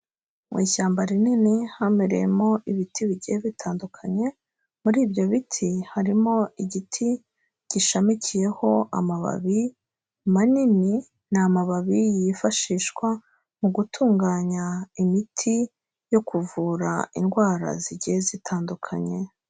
Mu ishyamba rinini hamereyemo ibiti bigiye bitandukanye, muri ibyo biti harimo igiti gishamikiyeho amababi manini, ni amababi yifashishwa mu gutunganya imiti yo kuvura indwara zigiye zitandukanye.